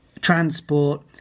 transport